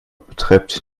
betreibt